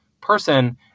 person